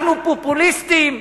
אנחנו פופוליסטים,